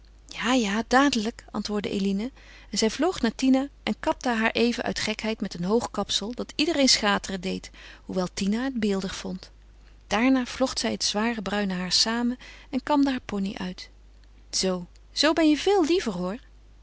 ja ja dadelijk antwoordde eline en zij vloog naar tina en kapte haar even uit gekheid met een hoog kapsel dat iedereen schateren deed hoewel tina het beeldig vond daarna vlocht zij het zware bruine haar samen en kamde haar pony uit zoo zoo ben je veel liever hoor